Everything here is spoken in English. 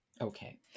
Okay